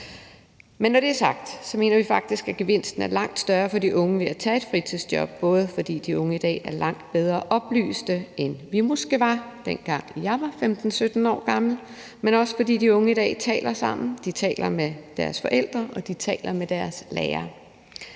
Men når det er sagt, mener vi faktisk, at gevinsten er langt større for de unge ved at tage et fritidsjob, både fordi de unge i dag er langt bedre oplyst, end vi måske var, dengang jeg var 15-17 år gammel, men også, fordi de unge i dag taler sammen, de taler med deres forældre, og de taler med deres lærere.